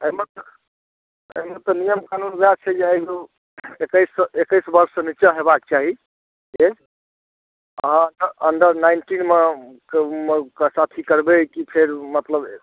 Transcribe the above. एहिमे तऽ एहिमे तऽ नियम कानून उएह छै जे एकैससँ एकैस वर्षसँ नीचाँ हेबाक चाही एज अहाँकेँ अण्डर नाइन्टीनमे के साथ ही करबै कि फेर मतलब